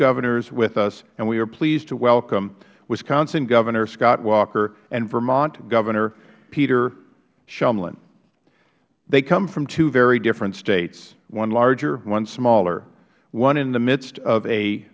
governors with us and we are pleased to welcome wisconsin governor scott walker and vermont governor peter shumlin they come from two very different states one larger one smaller one in the midst of a